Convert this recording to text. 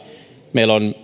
meillä on